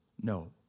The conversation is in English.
no